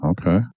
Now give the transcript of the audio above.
Okay